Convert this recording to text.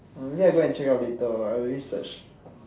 maybe I go and check it out later I already search